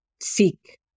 seek